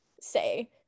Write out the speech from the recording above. say